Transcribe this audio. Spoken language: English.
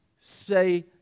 say